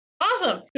awesome